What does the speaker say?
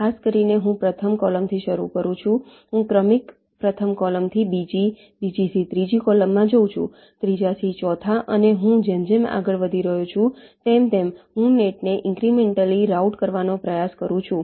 ખાસ કરીને હું પ્રથમ કૉલમથી શરૂ કરું છું હું ક્રમિક પ્રથમ કૉલમથી બીજી બીજીથી ત્રીજી કૉલમમાં જઉં છું ત્રીજાથી ચોથા અને હું જેમ જેમ આગળ વધી રહ્યો છું તેમ તેમ હું નેટને ઇંક્રિમેંટલી રાઉટ કરવાનો પ્રયાસ કરું છું